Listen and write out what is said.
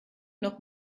noch